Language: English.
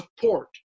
support